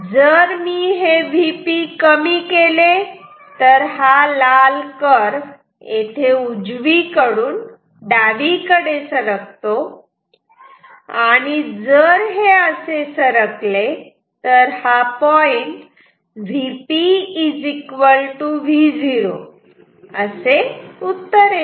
जर मी हे Vp कमी केले तर हा लाल कर्व इथे उजवीकडून डावीकडे सरकतो आणि जर हे असे सरकले तर हा पॉईंट Vp V0 हे असे उत्तर येते